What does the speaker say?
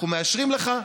אנחנו מאשרים לך,